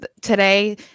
today